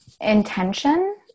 intention